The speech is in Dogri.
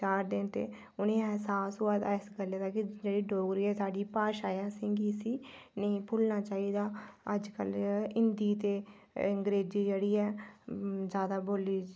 तां ते उ'नें ई अहसास होि दा इस गल्लै दा कि जेह्ड़ी डोगरी ऐ एह् साढ़ी भाशा ऐ असेंगी इसी नेईं भुल्लना चाहिदा अजकल हिंदी ते अंगरेजी जेह्ड़ी ऐ जादा बोल्ली